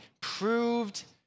proved